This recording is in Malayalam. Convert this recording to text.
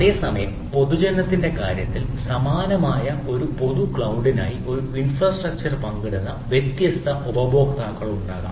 അതേസമയം പൊതുജനത്തിന്റെ കാര്യത്തിൽ സമാനമായി ഒരു പൊതു ക്ലൌഡിനായി ഒരേ ഇൻഫ്രാസ്ട്രക്ചർ പങ്കിടുന്ന വ്യത്യസ്ത ഉപഭോക്താക്കളുണ്ടാകാം